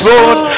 Lord